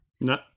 No